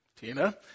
Tina